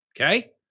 okay